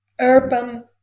urban